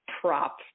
prop